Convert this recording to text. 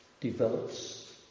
develops